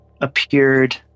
appeared